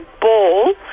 ball